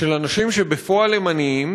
של אנשים שבפועל הם עניים,